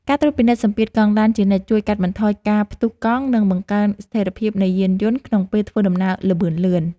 ការត្រួតពិនិត្យសម្ពាធកង់ឡានជានិច្ចជួយកាត់បន្ថយការផ្ទុះកង់ និងបង្កើនស្ថិរភាពនៃយានយន្តក្នុងពេលធ្វើដំណើរល្បឿនលឿន។